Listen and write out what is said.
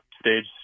stage